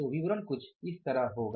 तो विवरण कुछ इस तरह होगा